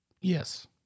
Yes